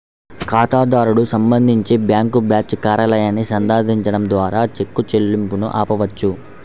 ఖాతాదారుడు సంబంధించి bank branch కార్యాలయాన్ని సందర్శించడం ద్వారా చెక్ చెల్లింపును ఆపవచ్చు